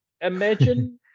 Imagine